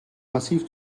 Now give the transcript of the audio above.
massiv